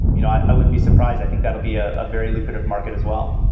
you know i wouldn't be surprised. i think that'll be a ah very lucrative market as well.